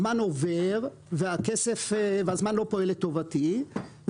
הזמן עובר והוא לא פועל לטובתי.